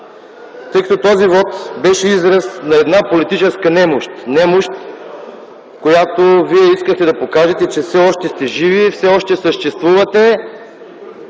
две партии. Този вот беше израз на една политическа немощ, с която вие искате да покажете, че все още сте живи, все още съществувате,